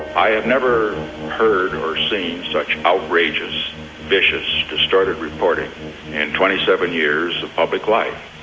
i have never heard or seen such outrageous, vicious, distorted reporting in twenty seven years of public life.